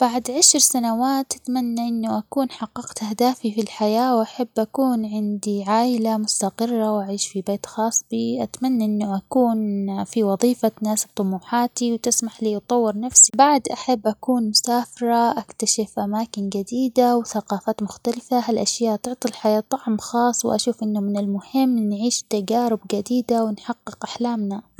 بعد عشر سنوات أتمنى إنو أكون حققت أهدافي في الحياة وأحب يكون عندي عايلة مستقرة وأعيش في بيت خاص بي أتمنى إنو أكون في وظيفة تناسب طموحاتي وتسمح لي أطور نفسي. بعد أحب أكون مسافرة أكتشف أماكن جديدة وثقافات مختلفة هالأشياء تعطي الحياة طعم خاص وأشوف إني من المهم أعيش تجارب جديدة ونحقق أحلامنا.